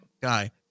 guy